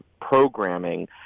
programming